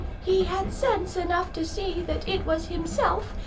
he had sense enough to see that it was himself,